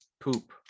poop